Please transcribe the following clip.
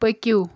پٔکِو